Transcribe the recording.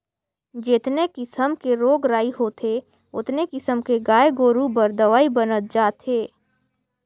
जेतने किसम के रोग राई होथे ओतने किसम के गाय गोरु बर दवई बनत जात हे